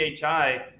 PHI